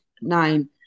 nine